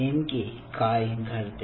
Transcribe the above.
नेमके काय घडते